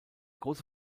große